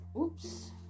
oops